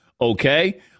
Okay